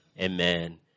Amen